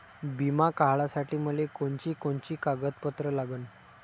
बिमा काढासाठी मले कोनची कोनची कागदपत्र लागन?